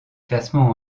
classements